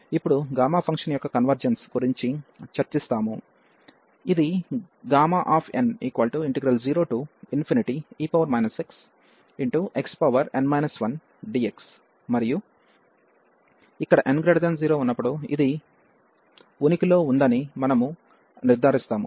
ఇప్పుడు gamma function యొక్క convergence గురించి చర్చిస్తాము ఇది n0e xxn 1dx మరియు ఇక్కడ n0ఉన్నప్పుడు ఇది ఉనికిలో ఉందని మనము నిర్ధారిస్తాము